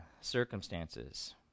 circumstances